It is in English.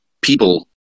people